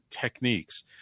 techniques